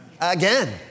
Again